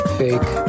fake